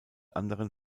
anderen